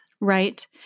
Right